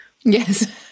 Yes